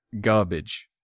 garbage